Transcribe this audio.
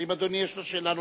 האם אדוני יש לו שאלה נוספת?